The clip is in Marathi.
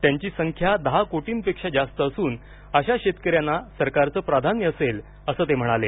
त्यांची संख्या दहा कोटींपेक्षा जास्त असून अशा शेतकऱ्यांना सरकारचं प्राधान्य असेल असं ते म्हणाले